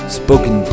spoken